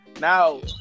Now